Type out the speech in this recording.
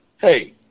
hey